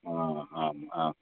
हा आम् आम्